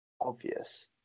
obvious